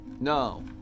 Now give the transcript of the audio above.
No